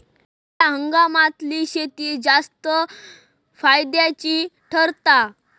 खयल्या हंगामातली शेती जास्त फायद्याची ठरता?